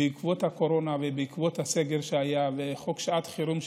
בעקבות הקורונה ובעקבות הסגר שהיה וחוק שעת חירום.